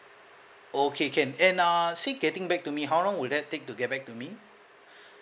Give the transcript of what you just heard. okay can and uh said getting back to me how long would that take to get back to me